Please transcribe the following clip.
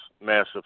massive